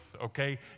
okay